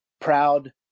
proud